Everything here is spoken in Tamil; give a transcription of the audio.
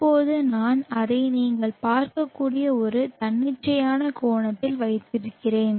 இப்போது நான் அதை நீங்கள் பார்க்கக்கூடிய ஒரு தன்னிச்சையான கோணத்தில் வைத்திருக்கிறேன்